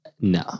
No